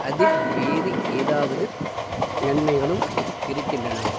அதில் வேறு ஏதாவது நன்மைகளும் இருக்கின்றனவா